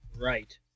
Right